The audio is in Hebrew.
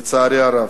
לצערי הרב.